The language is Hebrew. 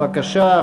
בבקשה,